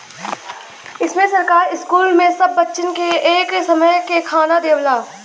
इम्मे सरकार स्कूल मे सब बच्चन के एक समय के खाना देवला